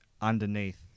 underneath